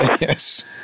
Yes